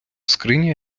скриня